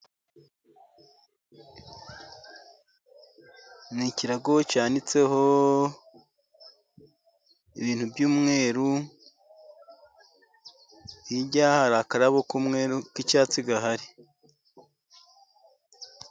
Ni ikirago cyanitseho ibintu by'umweru, hirya hari akarabo k'umweru k'icyatsi gahari.